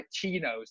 chinos